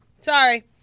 Sorry